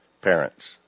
parents